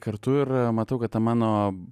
kartu ir matau kad ta mano